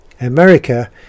America